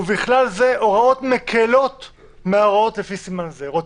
ובכלל זה הוראות מקלות מההוראות לפי סימן זה" -- איתן,